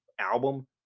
album